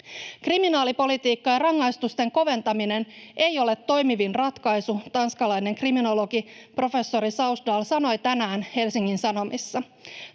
Kriminaalipolitiikka ja rangaistusten koventaminen ei ole toimivin ratkaisu, tanskalainen kriminologi professori Sausdal sanoi tänään Helsingin Sanomissa.